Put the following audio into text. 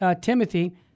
Timothy